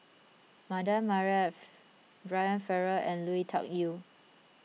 Mardan Brian Farrell and Lui Tuck Yew